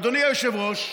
אדוני היושב-ראש,